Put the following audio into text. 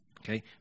Okay